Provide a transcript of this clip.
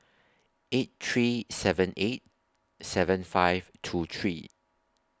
eight three seven eight seven five two three